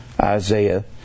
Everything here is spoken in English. Isaiah